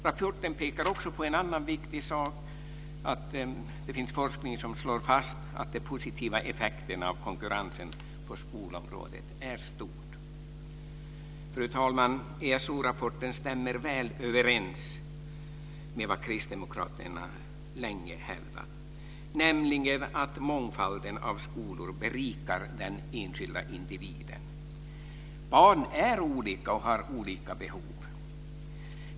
Rapporten pekar också på en annan viktig sak - att det finns forskning som slår fast att de positiva effekterna av konkurrens på skolområdet är stora. Fru talman! ESO-rapporten stämmer väl överens med vad kristdemokraterna länge hävdat, nämligen att mångfalden av skolor berikar den enskilda individen. Barn är olika och har olika behov.